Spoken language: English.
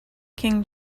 king